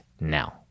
now